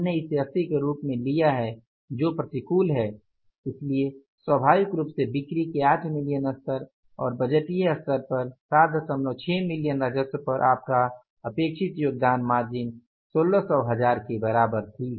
हमने इसे 80 के रूप में लिया है जो प्रतिकूल है इसलिए स्वाभाविक रूप से बिक्री के 8 मिलियन स्तर और बजटीय स्तर पर76 मिलियन राजस्व पर आपका अपेक्षित योगदान मार्जिन 1600 हजार के बराबर थी